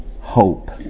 hope